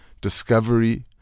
Discovery